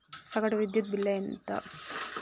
సగటు విద్యుత్ బిల్లు ఎంత?